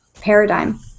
paradigm